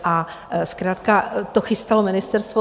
A zkrátka to chystalo ministerstvo.